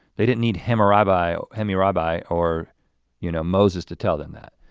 they didn't need hammurabi hammurabi or you know moses to tell them that,